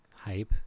Hype